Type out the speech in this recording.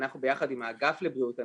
אנחנו, ביחד עם האגף לבריאות הנפש,